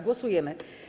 Głosujemy.